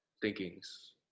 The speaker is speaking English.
thinkings